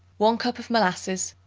one cup of molasses,